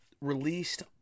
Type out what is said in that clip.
released